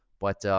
but